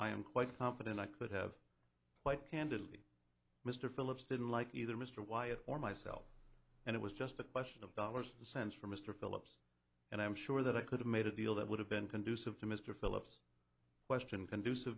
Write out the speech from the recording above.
i am quite confident i could have quite candidly mr phillips didn't like either mr wyatt or myself and it was just a question of dollars and cents for mr philips and i'm sure that i could have made a deal that would have been conducive to mr philips question conducive